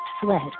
sled